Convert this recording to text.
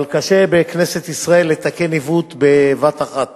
אבל קשה בכנסת ישראל לתקן עיוות בבת אחת